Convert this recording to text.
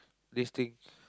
this thing